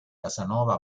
casanova